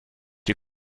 you